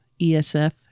ESF